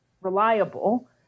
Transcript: reliable